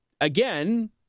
again